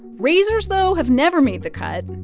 razors, though, have never made the cut.